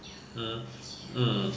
mm mm